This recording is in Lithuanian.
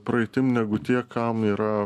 praeitim negu tie kam yra